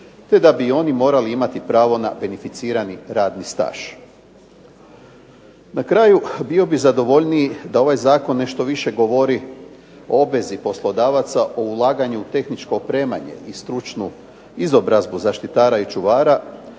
te da bi oni morali imati pravo na beneficirani radni staž. Na kraju bio bih zadovoljniji da ovaj zakon nešto više govori o obvezi poslodavaca o ulaganja u tehničko opremanje i stručnu izobrazbu zaštitara i čuvara